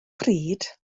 pryd